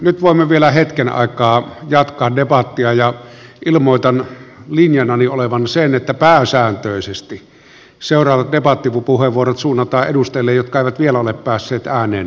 nyt voimme vielä hetken aikaa jatkaa debattia ja ilmoitan linjanani olevan sen että pääsääntöisesti seuraavat debattipuheenvuorot suunnataan edustajille jotka eivät vielä ole päässeet ääneen tässä debatissa